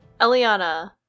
Eliana